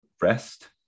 Rest